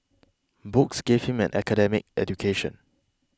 books gave him an academic education